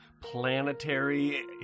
planetary